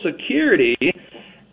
Security